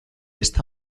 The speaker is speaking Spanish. esta